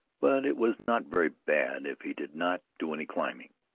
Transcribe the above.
but it was not very bad if he did not do any climbing.